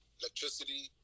electricity